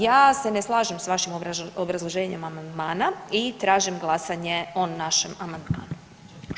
Ja se ne slažem s vašim obrazloženjem amandmana i tražim glasanje o našem amandmanu.